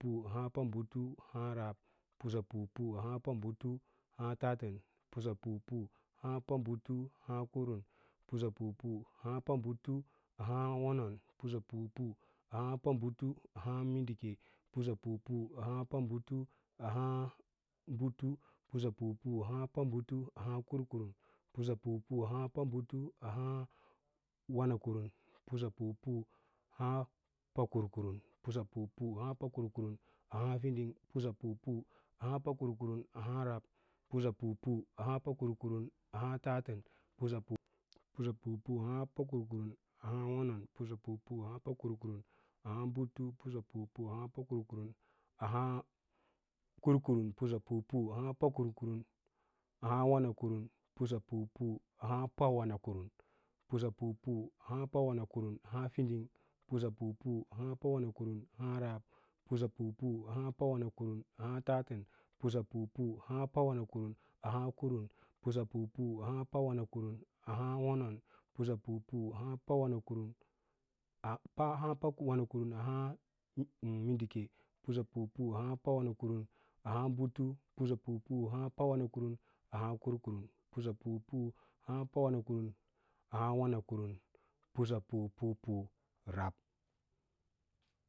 Pusapu pu pabutu ahǎǎ rab, pusapu pu pabutu ahǎǎ tatən, pusapa pu pabutu ahaã kurum pusapu pu pubutu ahaã wonon, pusapu pu pubutu ahaã mindike pusapu pu pabutu ahaã butu pusapu pa pat abag kurkurum pusa pu pu pabutu ahaã wanskurum, pusapu pu pakurkurum, pusa pu pu pakurkurum ahaã fidin pusa pu pakurkurun ahaã rab, pusapu pu pakarkurum ahaã tatən, pusa pu pu kurkurum ahaã kurum, pusapu pu pakur kurum ahǎǎ kurum, pusapu pu pakur kur ahaã wonon, pusapu pu pankurukurum ahaã butu, pusapu pu pakurkurum ahǎǎ wanakurum, pusapu pu pawana kurum, pusa pu pu pawanakarum ahaã fiding pusa pu pu pawanakarum ahaã rab, pusa pu pu pawanakarum ahaã tatən, pusa pu pu pawanakarum ahaã kurum, pusa pu pu pawanakarum ahaã wonon, pusa pu pu pawanakarum ahaã mindike, pusa pu pu pawanakarum ahaã butu, pusa pu pu pawanakarum ahaã kurkurum, pusa pu pu pawanakarum ahaã wanakurum pusa pu pu pu rab.